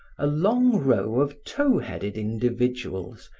a long row of tow-headed individuals,